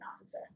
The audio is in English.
Officer